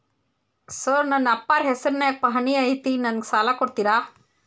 Sir ನನ್ನ ಅಪ್ಪಾರ ಹೆಸರಿನ್ಯಾಗ್ ಪಹಣಿ ಐತಿ ನನಗ ಸಾಲ ಕೊಡ್ತೇರಾ?